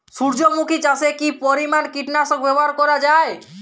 সূর্যমুখি চাষে কি পরিমান কীটনাশক ব্যবহার করা যায়?